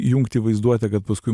įjungti vaizduotę kad paskui